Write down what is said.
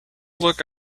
look